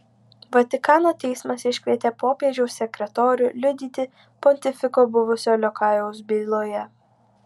vatikano teismas iškvietė popiežiaus sekretorių liudyti pontifiko buvusio liokajaus byloje